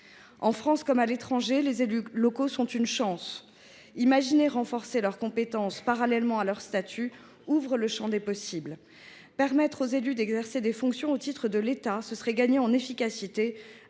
En France comme à l’étranger, les élus locaux sont une chance. L’idée de renforcer leurs compétences parallèlement à la consécration de leur statut ouvre le champ des possibles. Permettre aux élus d’exercer des fonctions au nom de l’État serait gagner en efficacité,